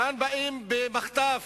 כאן באים במחטף,